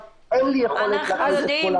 - אין לי יכולת להכניס את כל האנשים.